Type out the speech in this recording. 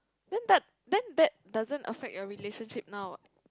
then but then that doesn't affect your relationship now what